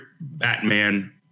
Batman